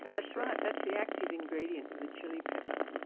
yeah that's right, that's the active ingredient of the chilli pepper.